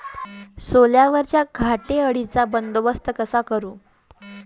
सोल्यावरच्या घाटे अळीचा बंदोबस्त कसा करू?